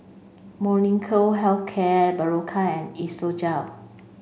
Molnylcke health care Berocca and Isocal